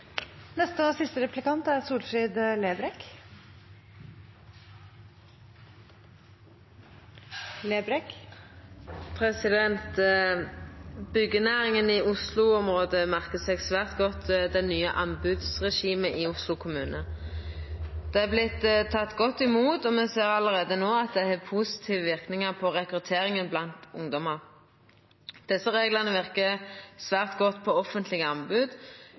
i Oslo-området merkar seg svært godt det nye anbodsregimet i Oslo kommune. Det har vorte teke godt imot, og me ser allereie no at det har positive verknader på rekrutteringa blant ungdomar. Desse reglane verkar svært godt på offentlege anbod,